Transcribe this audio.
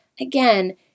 again